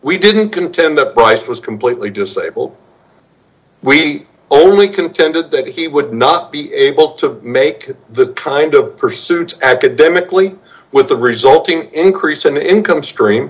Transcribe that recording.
we didn't contend the price was completely disabled we only contended that he would not be able to make the kind of pursuit academically with the resulting increase in income stream